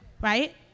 right